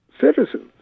citizens